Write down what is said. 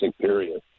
period